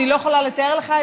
אני לא יכולה לתאר לך,